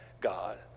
God